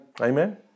Amen